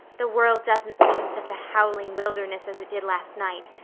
the world doesn't seem such a howling wilderness as it did last night.